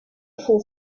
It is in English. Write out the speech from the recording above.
who